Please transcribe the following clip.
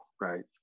right